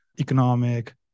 economic